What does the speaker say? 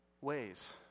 ways